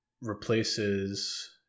replaces